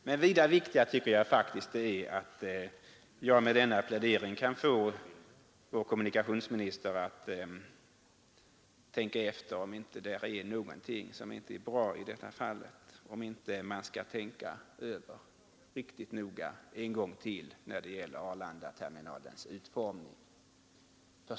Men vida viktigare tycker jag faktiskt att det är att jag med denna plädering kan få vår kommunikationsminister att tänka efter om det inte finns någonting som inte är bra i detta fall, om man inte skall tänka över riktigt noga en gång till när det gäller Arlandaterminalens utformning.